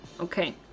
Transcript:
okay